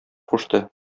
кушты